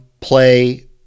play